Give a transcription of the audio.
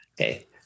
Okay